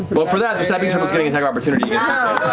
so well for that, the snapping turtle's getting opportunity. yeah